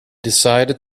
decided